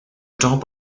top